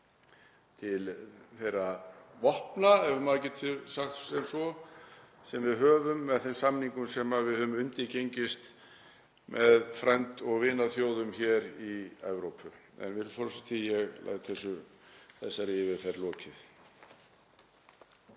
til þeirra vopna, ef maður getur sagt sem svo, sem við höfum með þeim samningum sem við höfum undirgengist með frænd- og vinaþjóðum hér í Evrópu. Virðulegi forseti. Ég læt þessari yfirferð lokið.